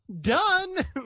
Done